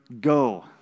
go